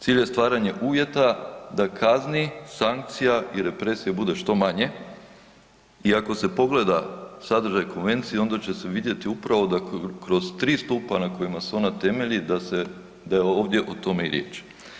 Cilj je stvaranje uvjeta da kazni, sankcija i represija bude što manje i ako se pogleda sadržaj konvencije, onda će se vidjeti da upravo kroz 3 stupa na kojima se ona temelju, da se, da je ovdje o tome i riječ.